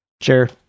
sure